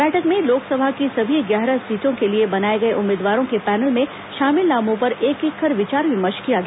बैठक में लोकसभा की सभी ग्यारह सीटों के लिए बनाए गए उम्मीदवारों के पैनल में शामिल नामों पर एक एक कर विचार विमर्श किया गया